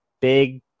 big